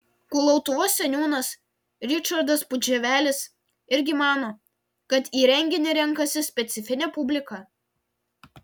kulautuvos seniūnas ričardas pudževelis irgi mano kad į renginį renkasi specifinė publika